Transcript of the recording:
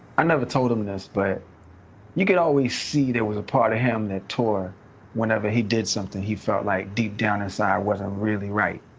i never told him this, but you could always see there was a part of him that tore whenever he did something that he felt like deep down inside wasn't really right.